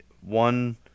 one